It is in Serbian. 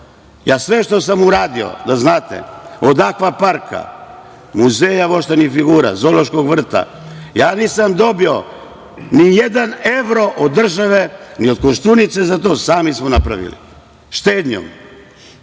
Ja sve što sam uradio, da znate, od akva parka, Muzeja voštanih figura, zoološkog vrta, ja nisam dobio ni jedan evro od države, ni od Koštunice, sami smo napravili, štednjom.